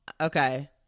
okay